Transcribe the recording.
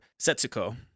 setsuko